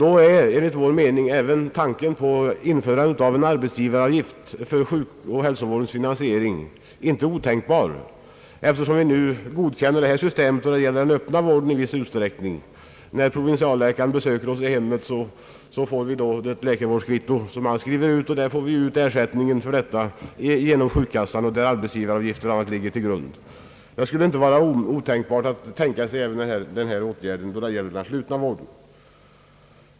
Då är enligt vår mening införandet av en arbetsgivaravgift för hälsooch sjukvårdens ! finansiering inte otänkbart, eftersom vi nu godkänner det systemet då det gäller den öppna vården i viss utsträckning. När provinsialläkaren besöker oss i hemmet får vi ett läkarvårdskvitto av honom, och på det får vi ut ersättning genom sjukkassan, där arbetsgivaravgiften ligger till grund. Ett sådant system är därför inte otänkbart när det gäller den slutna vården.